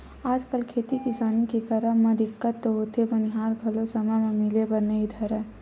आजकल खेती किसानी के करब म दिक्कत तो होथे बनिहार घलो समे म मिले बर नइ धरय